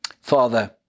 Father